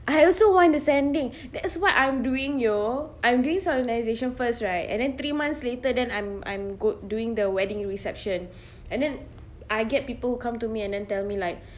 I also want the sanding that's what I'm doing you I'm doing solemnisation first right and then three months later than I'm I'm go doing the wedding reception and then I get people who come to me and and then tell me like